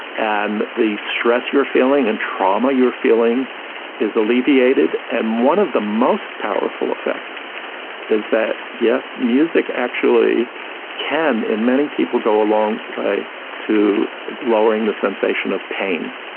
and the stress you're feeling and trauma you're feeling is alleviated. and one of the most powerful effects is that, yes, music actually can in many people go a long way to lowering the sensation of pain.